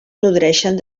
nodreixen